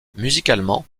musicalement